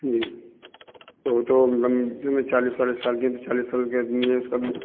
जी ओ तो लमसम चालीस वालीस साल की हैं तो चालीस साल के अदमी हैं तो उसका भी